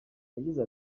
yagize